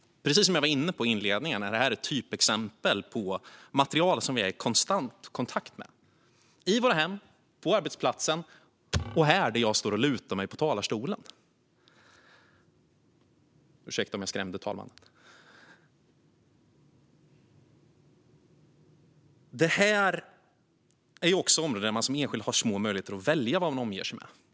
Precis som jag var inne på i inledningen är det här ett typexempel på material som vi är i konstant kontakt med i våra hem, på arbetsplatsen och här där jag står och lutar mig mot talarstolen. Det här är områden där man som enskild har små möjligheter att välja vad man omger sig med.